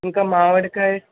ఇంకా మామిడికాయ